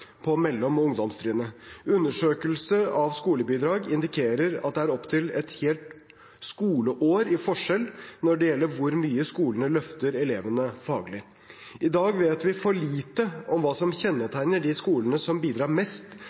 på mellom- og ungdomstrinnet. Undersøkelser av skolebidrag indikerer at det er opptil et helt skoleår i forskjell når det gjelder hvor mye skolene løfter elevene faglig. I dag vet vi for lite om hva som kjennetegner de skolene som bidrar mest